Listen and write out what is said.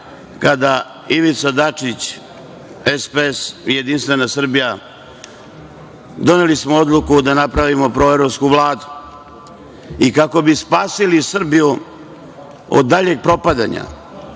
kada je Ivica Dačić SPS-JS, doneli smo odluku da napravimo proevropsku vladu, i kako bi spasili Srbiju od daljeg propadanja,